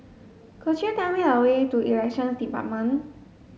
could you tell me the way to Elections Department